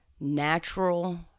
natural